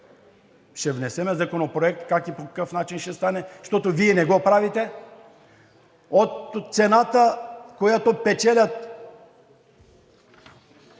ще внесем законопроект как и по какъв начин ще стане, защото Вие не го правите, от цената, която печелят